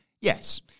yes